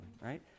right